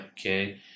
Okay